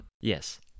Yes